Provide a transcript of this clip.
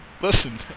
Listen